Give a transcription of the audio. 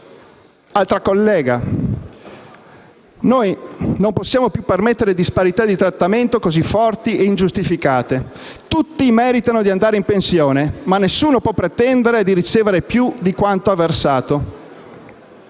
Camera ha detto: «Non possiamo più permettere disparità di trattamento così forti e ingiustificate. Tutti meritano di andare in pensione, ma nessuno può pretendere di ricevere più di quanto ha versato.